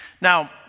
Now